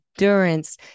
endurance